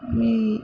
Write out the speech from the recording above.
మీ